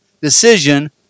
decision